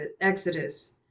exodus